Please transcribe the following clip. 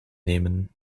nemen